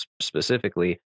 specifically